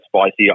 spicy